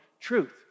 truth